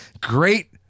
great